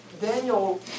Daniel